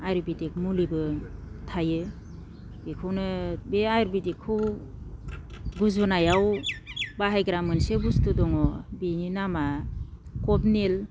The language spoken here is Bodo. आयुरवेडिक मुलिबो थायो बेखौनो बे आयुरवेडिकखौ गुजुनायाव बाहायग्रा मोनसे बुस्थु दङ बिनि नामा काउफनिल